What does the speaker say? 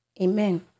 Amen